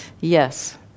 Yes